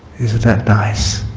isn't that nice?